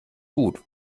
gut